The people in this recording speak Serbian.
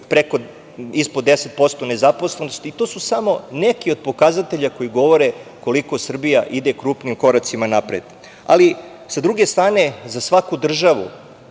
Srbiju, ispod 10% nezaposlenost, i to su samo neki od pokazatelja koji govore koliko Srbija ide krupnim koracima napred. Sa druge strane, svaka država,